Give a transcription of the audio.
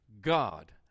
God